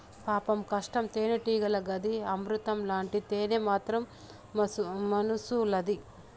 పాపం కష్టం తేనెటీగలది, అమృతం లాంటి తేనె మాత్రం మనుసులది